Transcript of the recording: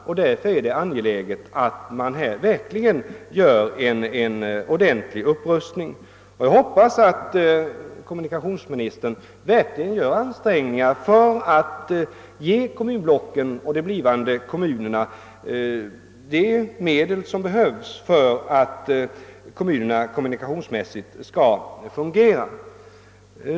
Det är därför angeläget att en ordentlig upprustning av vägnätet verkligen åstadkommes. Jag hoppas att kommunikationsministern verkligen gör ansträngningar för att ge kommunblocken och de blivande kommunerna de vägar som behövs för att kommunikationerna skall fungera.